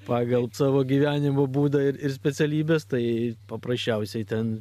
pagal savo gyvenimo būdą ir ir specialybes tai paprasčiausiai ten